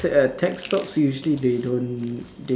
Te~ uh tech stocks usually they don't